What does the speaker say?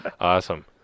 awesome